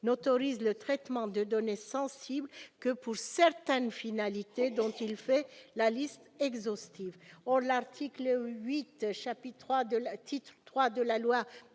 n'autorise le traitement de données sensibles que pour certaines finalités dont il dresse une liste exhaustive.